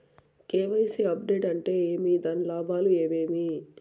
KYC update అంటే ఏమి? దాని లాభాలు ఏమేమి?